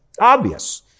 Obvious